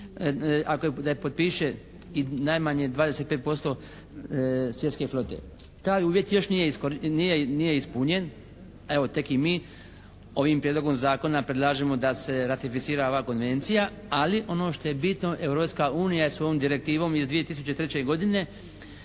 ako je potpiše i najmanje 25% svjetske flote. Taj uvjet još nije ispunjen, evo tek i mi ovim prijedlogom zakona predlažemo da se ratificira ova konvencija, ali ono što je bitno Europska unija je svojom direktivom iz 2003. godine